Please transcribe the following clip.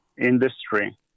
industry